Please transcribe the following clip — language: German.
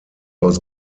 aus